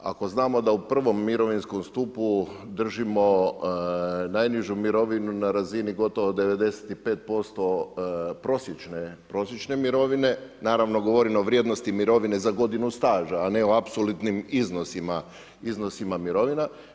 Ako znamo da u I. mirovinskom stupu držimo najnižu mirovinu na razini gotovo 95% prosječne mirovine, naravno govorim o vrijednosti mirovine za godinu staža, a ne o apsolutnim iznosima, iznosima mirovina.